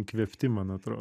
įkvėpti man atro